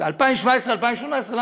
ב-2017 2018?